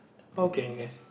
okay okay